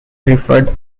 preferred